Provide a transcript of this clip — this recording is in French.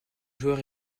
joueurs